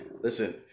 Listen